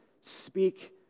speak